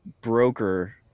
broker